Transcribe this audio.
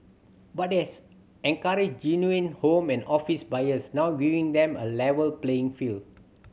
but it has encouraged genuine home and office buyers now giving them a level playing field